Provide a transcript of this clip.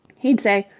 he'd say.